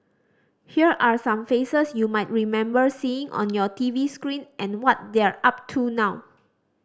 here are some faces you might remember seeing on your T V screen and what they're up to now